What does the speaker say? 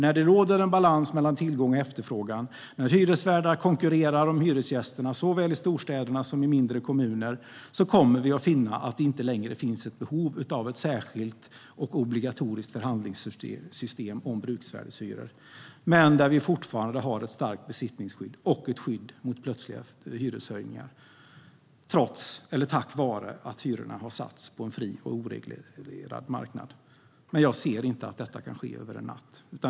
När det råder en balans mellan tillgång och efterfrågan, när hyresvärdar konkurrerar om hyresgästerna såväl i storstäderna som i mindre kommuner, kommer vi att finna att det inte längre finns ett behov av ett särskilt och obligatoriskt förhandlingssystem om bruksvärdeshyror, men det finns fortfarande ett starkt besittningsskydd och ett skydd mot plötsliga hyreshöjningar, trots, eller tack vare att hyrorna satts på en fri och oreglerad marknad. Jag ser inte att detta kan ske över en natt.